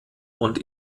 und